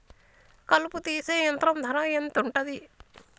కలుపు తీసే యంత్రం ధర ఎంతుటది?